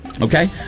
Okay